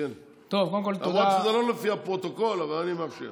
למרות שזה לא לפי הפרוטוקול, אבל אני מאפשר.